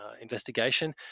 investigation